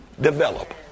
develop